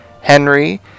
Henry